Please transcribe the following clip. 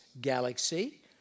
galaxy